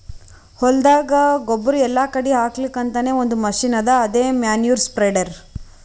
ಹೊಲ್ದಾಗ ಗೊಬ್ಬುರ್ ಎಲ್ಲಾ ಕಡಿ ಹಾಕಲಕ್ಕ್ ಅಂತಾನೆ ಒಂದ್ ಮಷಿನ್ ಅದಾ ಅದೇ ಮ್ಯಾನ್ಯೂರ್ ಸ್ಪ್ರೆಡರ್